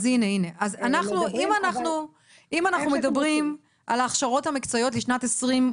אם אנחנו מדברים על ההכשרות המקצועיות לשנת 2022,